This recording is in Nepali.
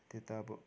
त्यो त अब